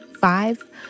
five